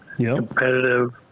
competitive